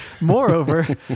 Moreover